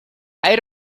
hay